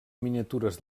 miniatures